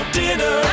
dinner